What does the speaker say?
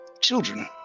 children